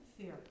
Fear